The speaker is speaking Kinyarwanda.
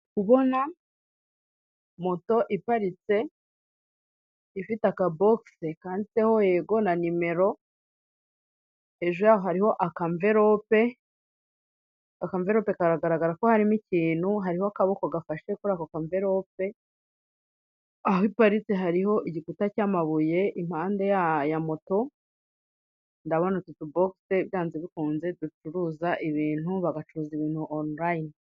Ndikubona moto iparitse, ifite akabogisi kanditseho yego na nimero, hejuru yaho hariho akamvirope, akamvirope karagaragara ko harimo ikintu, hariho akaboko gafashe kuri ako kamvirope, aho iparitse hariho igikuta cy'amabuye impande ya moto, ndabona utu tubogisi byanze bikunze ducuruza ibintu, bagacuruza ibintu onulayini.